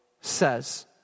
says